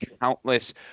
countless